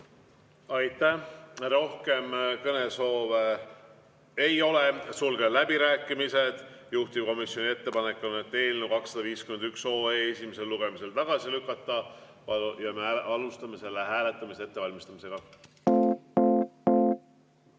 Aitäh! Rohkem kõnesoove ei ole, sulgen läbirääkimised. Juhtivkomisjoni ettepanek on, et eelnõu 251 esimesel lugemisel tagasi lükata. Me alustame selle hääletamise ettevalmistamist. Head